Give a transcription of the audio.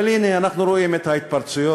אבל הנה, אנחנו רואים את ההתפרצויות,